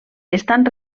estan